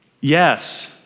Yes